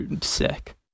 sick